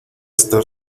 estar